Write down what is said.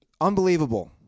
Unbelievable